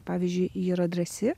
pavyzdžiui ji yra drąsi